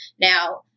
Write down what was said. Now